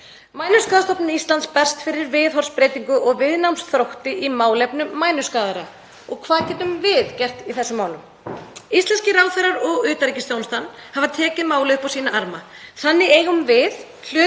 Mænuskaðastofnun Íslands berst fyrir viðhorfsbreytingu og viðnámsþrótti í málefnum mænuskaðaðra. Og hvað getum við gert í þessum málum? Íslenskir ráðherrar og utanríkisþjónustan hafi tekið málið upp á sína arma. Þannig eigum við hlutdeild